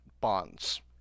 bonds